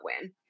win